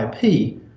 IP